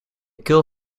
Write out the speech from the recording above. keel